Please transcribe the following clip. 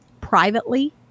privately